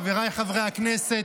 חבריי חברי הכנסת,